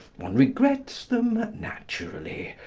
one regrets them, naturally.